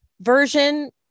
version